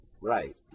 right